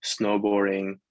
snowboarding